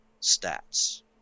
stats